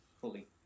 fully